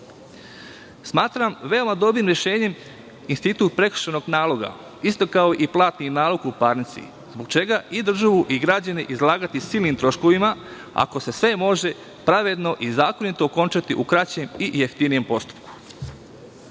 velika. Smatram veoma dobrim rešenjem institut prekršajnog naloga, isto kao i platni nalog u pravnici. Zbog čega i državu i građane izlagati silnim troškovima, ako se sve može pravedno i zakonito okončati u kraćem i jeftinijem postupku? Konačno,